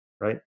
right